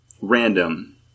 random